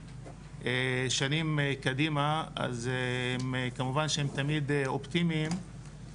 שנים קדימה אז הם כמובן תמיד אופטימיים,